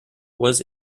was